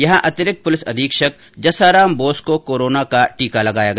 यहां अतिरिक्त पुलिस अधीक्षक जस्सा राम बोस को कोरोना का टीका लगाया गया